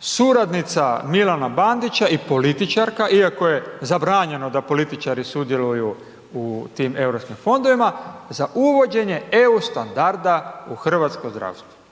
suradnica Milana Bandića i političarka iako je zabranjeno da političari sudjeluju u tim europskim fondovima za uvođenje EU standarda u hrvatsko zdravstvo.